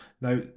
now